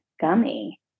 gummy